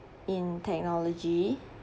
in technology